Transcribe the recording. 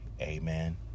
Amen